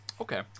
okay